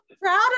Proud